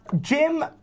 Jim